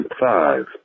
Five